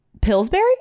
Pillsbury